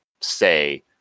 say